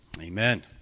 amen